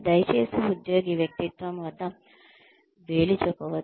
దయచేసి ఉద్యోగి వ్యక్తిత్వం వద్ద వేలు చూపవద్దు